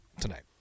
Tonight